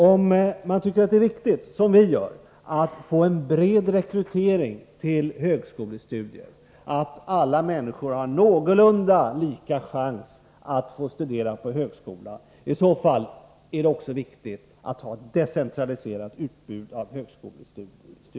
Om man, som vi, tycker att det är viktigt att få en bred rekrytering till högskolestudier och att alla människor har någorlunda lika chans att få studera på högskola, bör man verka för ett decentraliserat utbud av högskolestudier.